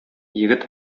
егет